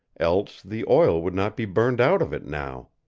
else the oil would not be burned out of it now!